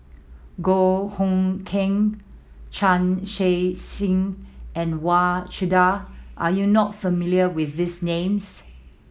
Goh Hood Keng Chan Chun Sing and Wang Chunde are you not familiar with these names